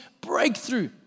Breakthrough